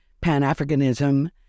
pan-Africanism